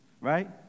right